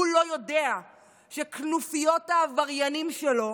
הוא לא יודע שכנופיות העבריינים שלו